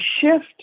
shift